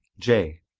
j.